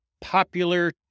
popular